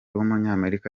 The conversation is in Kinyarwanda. w’umunyamerika